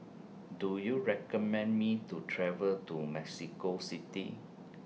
Do YOU recommend Me to travel to Mexico City